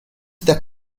that